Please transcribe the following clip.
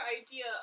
idea